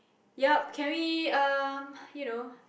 yup can we you know